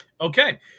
Okay